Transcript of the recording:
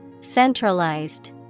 Centralized